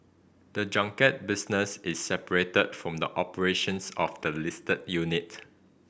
the junket business is separate from the operations of the listed unit